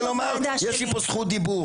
יש לי פה זכות דיבור.